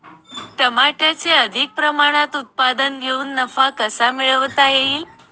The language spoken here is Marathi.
टमाट्याचे अधिक प्रमाणात उत्पादन घेऊन नफा कसा मिळवता येईल?